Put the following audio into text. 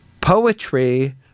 poetry